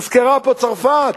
הוזכרה פה צרפת.